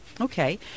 Okay